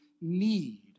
need